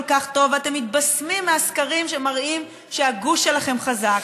כך טוב ואתם מתבשמים מהסקרים שמראים שהגוש שלכם חזק,